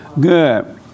Good